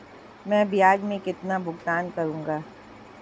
मैं ब्याज में कितना भुगतान करूंगा?